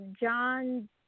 John